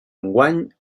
enguany